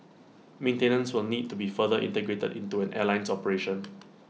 maintenance will need to be further integrated into an airline's operation